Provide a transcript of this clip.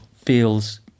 feels